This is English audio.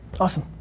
awesome